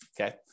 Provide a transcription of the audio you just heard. okay